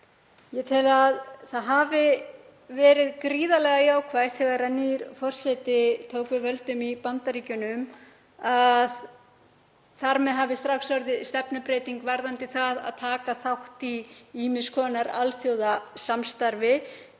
Ég tel að það hafi verið gríðarlega jákvætt þegar nýr forseti tók við völdum í Bandaríkjunum, og þar með hafi strax orðið stefnubreyting varðandi þátttöku í ýmiss konar alþjóðasamstarfi,